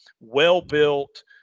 well-built